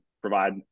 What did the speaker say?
provide